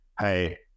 hey